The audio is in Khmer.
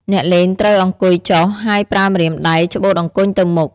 អ្នកលេងត្រូវអង្គុយចុះ ហើយប្រើម្រាមដៃច្បូតអង្គញ់ទៅមុខ ។